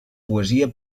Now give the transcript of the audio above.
poesia